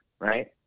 right